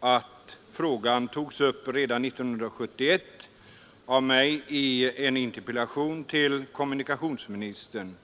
att frågan togs upp redan 1971 av mig i en interpellation till kommunikationsministern.